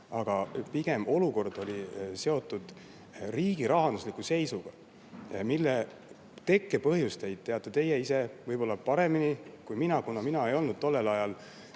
Pigem on olukord seotud riigi rahandusliku seisuga, mille tekkepõhjuseid teate teie võib-olla paremini kui mina – mina ei olnud tol ajal